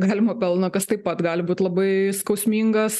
galimo pelno kas taip pat gali būt labai skausmingas